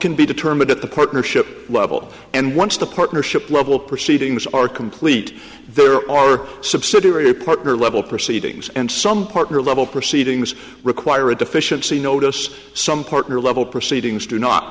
can be determined at the partnership level and once the partnership level proceedings are complete there are subsidiary partner level proceedings and some partner level proceedings require a deficiency notice some partner level proceedings do not